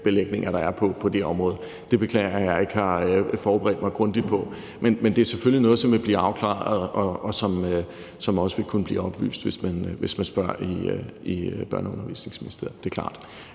forligsbelægninger der er på det område. Det beklager jeg at jeg ikke har forberedt mig grundigt på, men det er selvfølgelig noget, som vil blive afklaret, og som også vil kunne blive oplyst, hvis man spørger i Børne- og Undervisningsministeriet; det er klart.